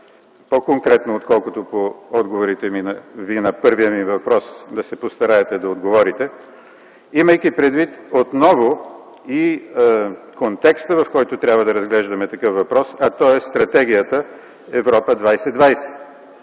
по-конкретно отколкото при отговора на първия ми въпрос да се постараете да отговорите, имайки предвид отново и контекста, в който трябва да разглеждаме такъв въпрос, а той е Стратегията „Европа 2020”.